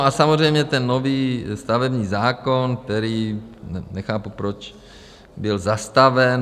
A samozřejmě nový stavební zákon, který nechápu, proč byl zastaven.